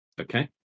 Okay